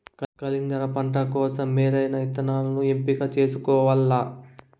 కలింగర పంట కోసం మేలైన ఇత్తనాలను ఎంపిక చేసుకోవల్ల